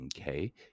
okay